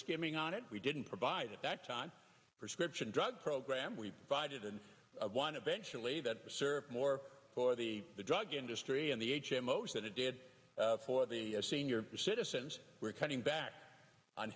skimming on it we didn't provide at that time prescription drug program we provided and one eventually that served more for the drug industry and the h m o s that it did for the senior citizens we're cutting back on